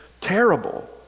terrible